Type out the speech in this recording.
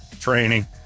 training